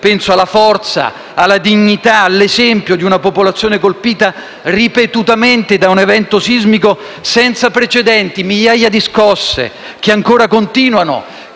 Penso alla forza, alla dignità, all'esempio di una popolazione colpita ripetutamente da un evento sismico senza precedenti. Migliaia di scosse ancora continuano